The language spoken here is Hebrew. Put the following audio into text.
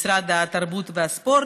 משרד התרבות והספורט.